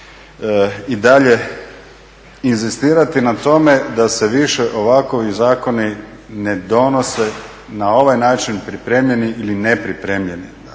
i dalje inzistirati na tome da se više ovakvi zakoni ne donose na ovaj način pripremljeni ili nepripremljeni.